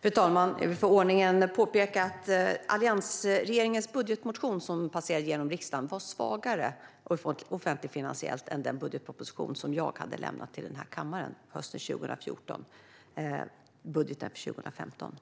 Fru talman! För ordningens skull vill jag påpeka att alliansregeringens budgetmotion som passerade genom riksdagen var svagare offentligfinansiellt än den budgetproposition som jag hade lämnat till denna kammare hösten 2014 - budgeten för 2015.